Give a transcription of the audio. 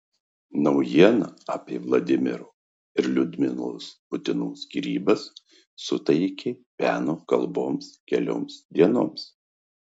naujiena apie vladimiro ir liudmilos putinų skyrybas suteikė peno kalboms kelioms dienoms